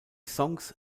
songs